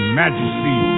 majesty